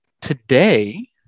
today